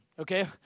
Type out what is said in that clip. okay